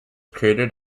created